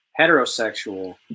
heterosexual